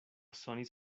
sonis